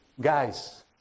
Guys